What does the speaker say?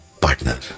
partner